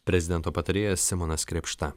prezidento patarėjas simonas krėpšta